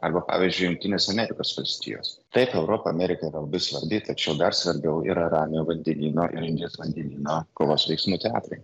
arba pavyzdžiui jungtinės amerikos valstijos taip europa amerika yra labai svarbi tačiau dar svarbiau yra ramiojo vandenyno ir indijos vandenyno kovos veiksmų teatrai